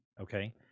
okay